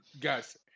Guys